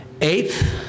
Eighth